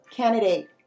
candidate